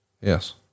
Yes